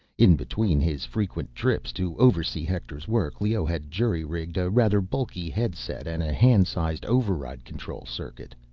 in between his frequent trips to oversee hector's work, leoh had jury-rigged a rather bulky headset and a hand-sized override control circuit.